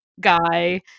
guy